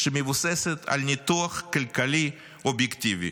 שמבוססת על ניתוח כלכלי אובייקטיבי.